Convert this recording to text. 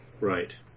Right